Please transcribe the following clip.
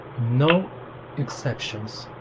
no exceptions